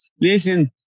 Listen